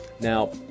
Now